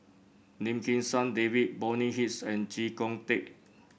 Lim Kim San David Bonny Hicks and Chee Kong Tet